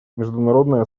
международное